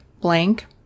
blank